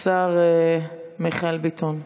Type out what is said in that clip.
השר מיכאל ביטון,